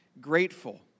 grateful